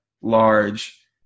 large